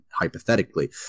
hypothetically